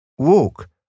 Walk